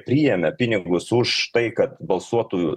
priėmė pinigus už tai kad balsuotų